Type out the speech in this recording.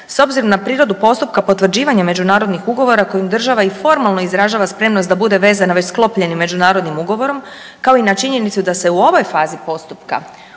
s obzirom na prirodu postupka potvrđivanje međunarodnih ugovora kojim država i formalno izražava spremnost da bude vezana već sklopljenim međunarodnim ugovorom, kao i na činjenicu da se u ovoj fazi postupka